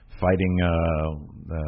fighting